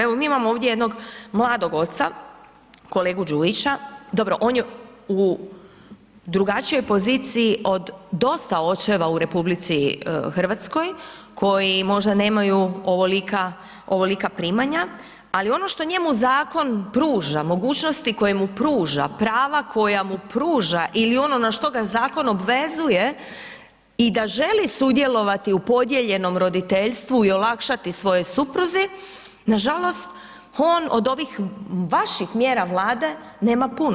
Evo mi imamo ovdje jednog mladog oca, kolegu Đujića, dobro on je u drugačijoj poziciji od dosta očeva u Republici Hrvatskoj koji možda nemaju ovolika, ovolika primanja, ali ono šta njemu Zakon pruža, mogućnosti koje mu pruža, prava koja mu pruža ili ono na što ga Zakon obvezuje i da želi sudjelovati u podijeljenom roditeljstvu i olakšati svojoj supruzi, nažalost on od ovih vaših mjera Vlade, nema puno.